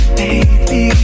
baby